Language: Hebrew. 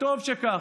וטוב שכך.